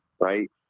Right